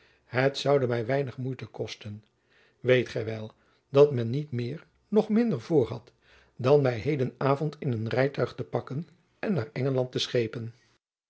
het zoude my weinig moeite kosten weet gy wel dat men niet meer noch minder voor had dan my heden avond in een rijtuig te pakken en naar engeland te schepen